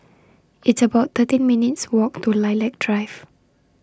It's about thirteen minutes' Walk to Lilac Drive